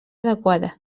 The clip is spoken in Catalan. adequada